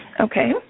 Okay